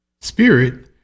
Spirit